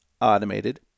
Automated